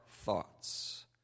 thoughts